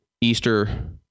Easter